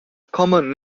common